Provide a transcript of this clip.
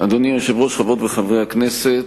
אדוני היושב-ראש, חברות וחברי הכנסת,